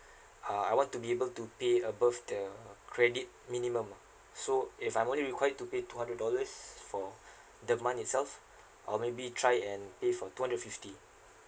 uh I want to be able to pay above the credit minimum lah so if I'm only required to pay two hundred dollars for the month itself I'll maybe try and pay for two hundred fifty